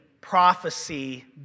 prophecy